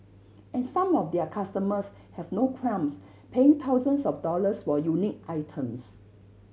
and some of their customers have no qualms paying thousands of dollars or unique items